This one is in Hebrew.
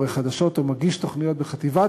עורך חדשות או מגיש תוכניות בחטיבת